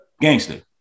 Gangster